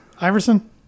Iverson